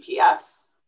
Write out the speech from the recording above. GPS